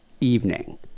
evening